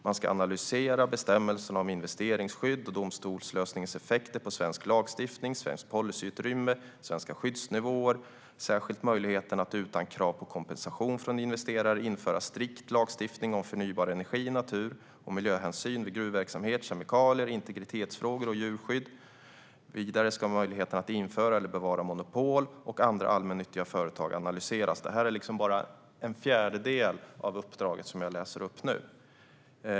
Man ska analysera bestämmelserna om investeringsskydd och domstolslösningens effekter på svensk lagstiftning, svenskt policyutrymme, svenska skyddsnivåer och särskilt möjligheten att utan krav på kompensation från investerare införa strikt lagstiftning om förnybar energi, natur och miljöhänsyn vid gruvverksamhet, kemikalier, integritetsfrågor och djurskydd. Vidare ska möjligheten att införa eller bevara monopol och andra allmännyttiga företag analyseras. Det är bara en fjärdedel av uppdraget som jag nu läser upp.